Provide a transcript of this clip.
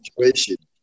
situation